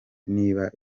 niba